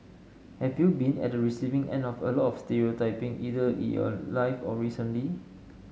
have you been at the receiving end of a lot of stereotyping either in your life or recently